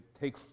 take